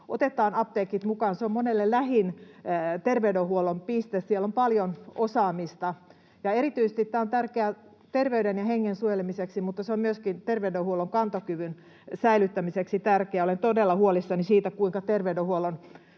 Otetaan apteekit mukaan. Se on monelle lähin terveydenhuollon piste, ja siellä on paljon osaamista. Tämä on tärkeää erityisesti terveyden ja hengen suojelemiseksi, mutta se on tärkeää myöskin terveydenhuollon kantokyvyn säilyttämiseksi. Olen todella huolissani siitä, kuinka terveydenhuollon